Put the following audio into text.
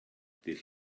dydd